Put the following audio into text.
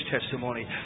testimony